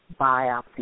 biopsy